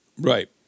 Right